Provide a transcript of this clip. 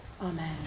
Amen